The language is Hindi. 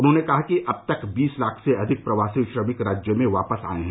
उन्होंने कहा कि अब तक बीस लाख से अधिक प्रवासी श्रमिक राज्य में वापस आए हैं